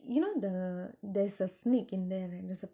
you know the there's a snake in there right there's a